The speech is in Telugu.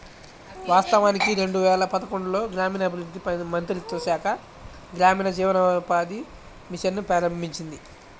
వాస్తవానికి రెండు వేల పదకొండులో గ్రామీణాభివృద్ధి మంత్రిత్వ శాఖ గ్రామీణ జీవనోపాధి మిషన్ ను ప్రారంభించింది